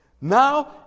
Now